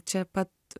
čia pat